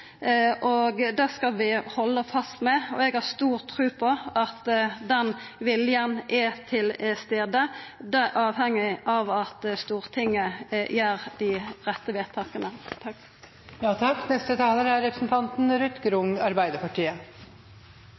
og det skal vi halda fast ved. Eg har stor tru på at den viljen er til stades. Det er avhengig av at Stortinget gjer dei rette vedtaka.